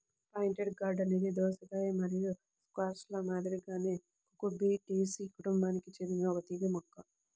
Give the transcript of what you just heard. pointed gourd అనేది దోసకాయ మరియు స్క్వాష్ల మాదిరిగానే కుకుర్బిటేసి కుటుంబానికి చెందిన ఒక తీగ మొక్క